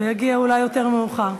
הוא יגיע, אולי, יותר מאוחר.